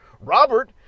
Robert